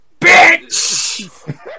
Bitch